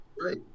Right